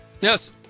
yes